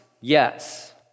yes